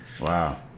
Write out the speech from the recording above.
wow